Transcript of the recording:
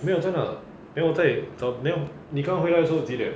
没有真的 then 我在找 then 你刚回来的时候几点